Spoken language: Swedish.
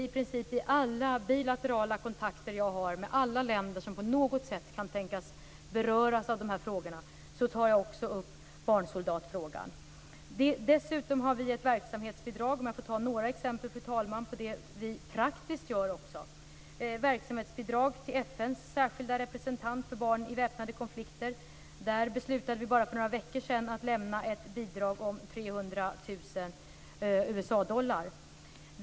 I princip i alla bilaterala kontakter som jag har med alla länder som på något sätt kan tänkas beröras av de här frågorna tar jag också upp barnsoldatfrågan. Jag kan ta några exempel på vad vi praktiskt gör. Vi ger ett verksamhetsbidrag till FN:s särskilda representant för barn i väpnade konflikter. Där beslutade vi för bara några veckor sedan att lämna ett bidrag om 300 000 USA-dollar.